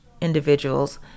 individuals